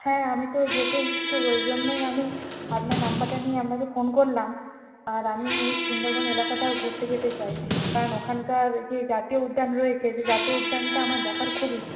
হ্যাঁ আমি তো যেতে ইচ্ছুক ওই জন্যই আমি আপনার নাম্বারটা নিয়ে আপনাকে ফোন করলাম আর আমি ওই সুন্দরবন এলাকাটাও ঘুরতে যেতে চাই কারণ ওখানকার যে জাতীয় উদ্যান রয়েছে যে জাতীয় উদ্যানটা আমার দেখার খুব ইচ্ছে